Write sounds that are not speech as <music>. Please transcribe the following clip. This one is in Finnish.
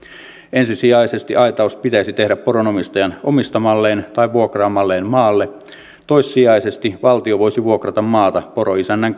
ensisijaisesti aitaus pitäisi tehdä poronomistajan omistamalle tai vuokraamalle maalle toissijaisesti valtio voisi vuokrata maata poroisännän <unintelligible>